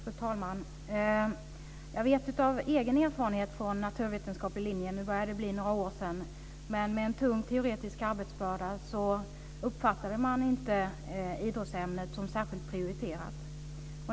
Fru talman! Jag vet av egen erfarenhet från naturvetenskaplig linje, även om det börjar bli några år sedan, att man med en tung teoretisk arbetsbörda inte uppfattade idrottsämnet som särskilt prioriterat.